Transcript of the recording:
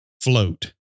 float